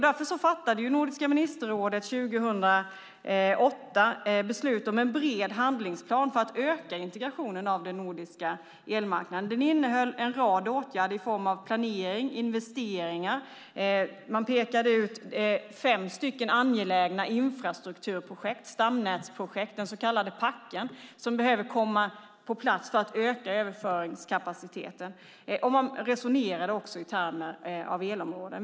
Därför fattade Nordiska ministerrådet 2008 beslut om en bred handlingsplan för att öka integrationen av den nordiska elmarknaden. Den innehöll en rad åtgärder i form av planering och investeringar. Man pekade ut fem angelägna infrastrukturprojekt, stamnätsprojekt, den så kallade packen, som behöver komma på plats för att öka överföringskapaciteten. Man resonerade också om elområden.